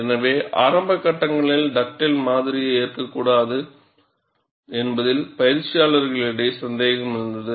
எனவே ஆரம்ப கட்டங்களில் டக்டேல் மாதிரியை ஏற்கக்கூடாது என்பதில் பயிற்சியாளர்களிடையே சந்தேகம் இருந்தது